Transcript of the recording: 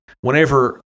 Whenever